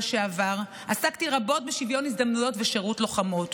עסקתי רבות בשוויון הזדמנויות ושירות לוחמות.